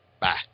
Bye